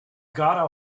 got